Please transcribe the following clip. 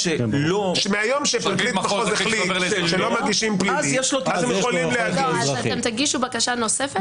הרכוש, שלאדם אין זכות שיהיה לו הרכוש הזה.